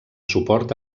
suport